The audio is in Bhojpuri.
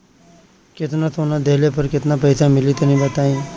केतना सोना देहला पर केतना पईसा मिली तनि बताई?